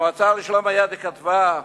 המועצה לשלום הילד כתבה,